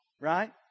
right